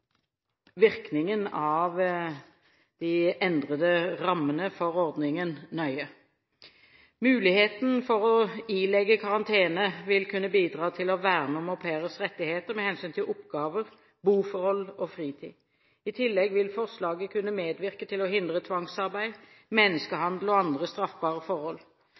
virkningen av de endrede rammene for ordningen nøye. Muligheten til å ilegge karantene vil kunne bidra til å verne om au pairers rettigheter med hensyn til oppgaver, boforhold og fritid. I tillegg vil forslaget kunne medvirke til å hindre tvangsarbeid, menneskehandel og andre straffbare forhold.